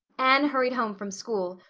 anne hurried home from school,